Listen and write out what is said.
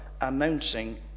announcing